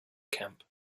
camp